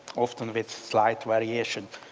often with slight variation.